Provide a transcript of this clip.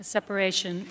Separation